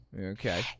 Okay